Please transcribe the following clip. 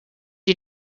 you